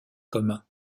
commun